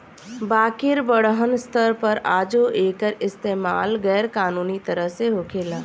बाकिर बड़हन स्तर पर आजो एकर इस्तमाल गैर कानूनी तरह से होखेला